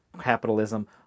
capitalism